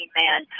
man